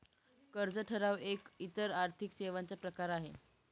कर्ज ठराव एक इतर आर्थिक सेवांचा प्रकार आहे